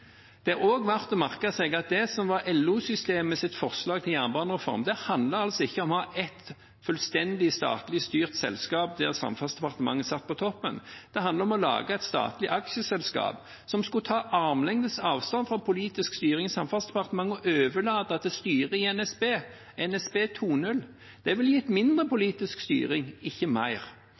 Det er også verdt å merke seg at det som var LO-systemets forslag til jernbanereform, handlet ikke om å ha ett fullstendig statlig styrt selskap, der Samferdselsdepartementet satt på toppen. Det handlet om å lage et statlig aksjeselskap som skulle ha armlengdes avstand til den politiske styringen i Samferdselsdepartementet og overlate det til styret i NSB – «NSB 2.0». Det ville gitt mindre politisk styring, ikke mer.